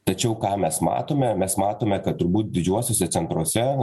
tačiau ką mes matome mes matome kad turbūt didžiuosiuose centruose